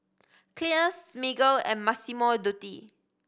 Clear Smiggle and Massimo Dutti